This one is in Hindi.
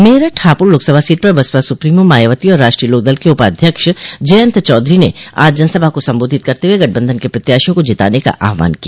मेरठ हापुड़ लोकसभा सीट पर बसपा सप्रीमो मायावती और राष्ट्रीय लोकदल के उपाध्यक्ष जयन्त चौधरी ने आज जनसभा को संबोधित करते हुए गठबंधन के प्रत्याशियों को जिताने का आहवान किया